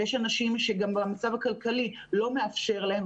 יש אנשים שגם המצב הכלכלי לא מאפשר להם.